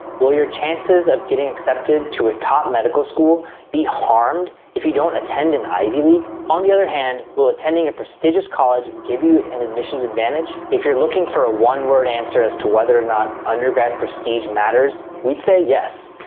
will your chances of getting accepted to a top medical school be harmed if you don't attend an ivy league, on the other hand, will attending a prestigious college, give you an admissions advantage. if you're looking for a one-word answer as to whether or not undergrad prestige matters, we'd say, yes.